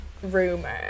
Rumor